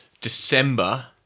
December